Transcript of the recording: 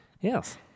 Yes